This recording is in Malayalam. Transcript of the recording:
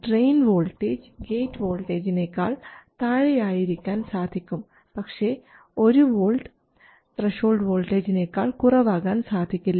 ഡ്രയിൻ വോൾട്ടേജ് ഗേറ്റ് വോൾട്ടേജിനേക്കാൾ താഴെയായിരിക്കാൻ സാധിക്കും പക്ഷേ 1 വോൾട്ട് ത്രഷോൾഡ് വോൾട്ടേജിനേക്കാൾ കുറവാകാൻ സാധിക്കില്ല